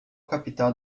capital